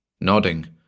Nodding